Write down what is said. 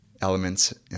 elements